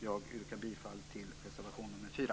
Jag yrkar bifall till reservation nr 4.